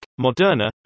Moderna